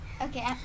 Okay